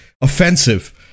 offensive